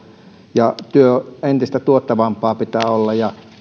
ja työn pitää olla entistä tuottavampaa ja